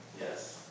Yes